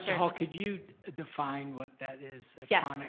hall could you define what that is? yes, and